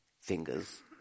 fingers